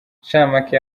incamake